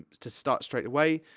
to start straight away,